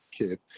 kid